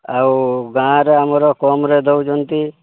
ଆଉ ଗାଁ ର ଆମର କମ୍ ରେ ଦେଉଛନ୍ତି